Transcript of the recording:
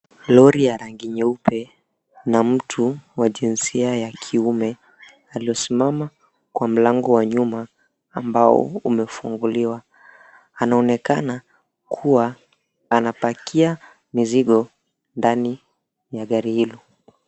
Lori ya rangi nyeupe na mtu wa jinsia ya kiume aliyesimama kwa mlango wa nyuma ambao umefunguliwa anaonekana kuwa anapakia mizigo ndani ya gari hilo.